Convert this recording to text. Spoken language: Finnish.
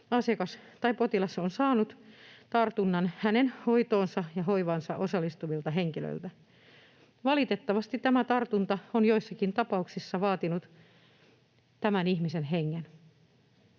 asiakas tai potilas on saanut tartunnan hänen hoitoonsa ja hoivaansa osallistuvalta henkilöltä. Valitettavasti tämä tartunta on joissakin tapauksissa vaatinut tämän ihmisen hengen.